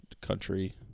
Country